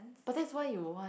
but that's why you want